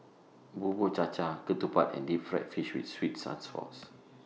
Bubur Cha Cha Ketupat and Deep Fried Fish with Sweet and Sour Sauce